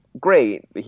great